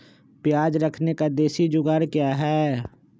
प्याज रखने का देसी जुगाड़ क्या है?